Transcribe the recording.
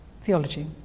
theology